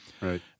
Right